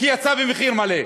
כי יצא במחיר מלא.